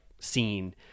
scene